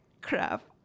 crap